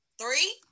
Three